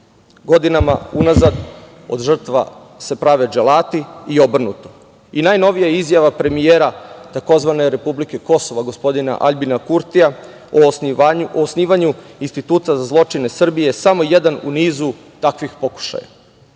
Godinama unazad od žrtava se prave dželati i obrnuto. Najnovija izjava premijera tzv. republike Kosovo, gospodina Aljbina Kurtija, o osnivanju instituta za zločin Srbije, samo je jedna u nizu takvih pokušaja.